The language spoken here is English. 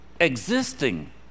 existing